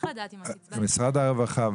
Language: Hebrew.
משרד הרווחה.